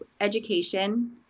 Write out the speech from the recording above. education